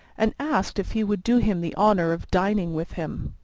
and asked if he would do him the honour of dining with him.